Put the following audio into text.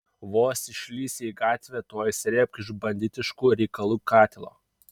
vos išlįsi į gatvę tuoj srėbk iš banditiškų reikalų katilo